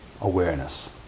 awareness